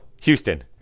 Houston